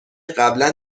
قبلا